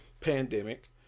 pandemic